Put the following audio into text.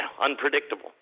unpredictable